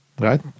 right